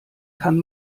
kann